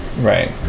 Right